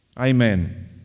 Amen